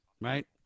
Right